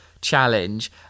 challenge